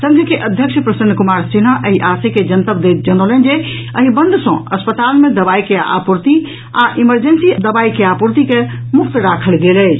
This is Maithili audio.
संघ के अध्यक्ष प्रसन्न कुमार सिन्हा एहि आशय के जनतब दैत जनौलनि जे एहि बंद सॅ अस्पताल मे दवाई के आपूर्ति आ इमरजेंसी दवाई के आपूर्ति के मुक्त राखल गेल अछि